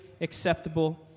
acceptable